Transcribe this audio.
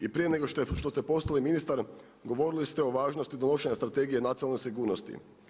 I prije nego što ste postali ministar govorili ste o važnosti donošenja Strategije nacionalne sigurnosti.